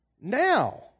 now